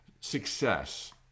Success